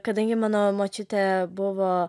kadangi mano močiutė buvo